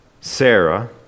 Sarah